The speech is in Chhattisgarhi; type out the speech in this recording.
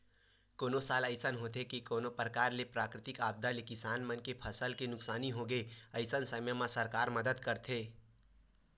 कोनो साल अइसन होथे के कोनो परकार ले प्राकृतिक आपदा ले किसान मन के फसल के नुकसानी होगे अइसन समे म सरकार मदद करथे